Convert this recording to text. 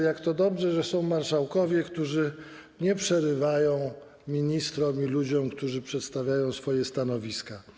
Jak to dobrze, że są marszałkowie, którzy nie przerywają ministrom i ludziom, którzy przedstawiają swoje stanowiska.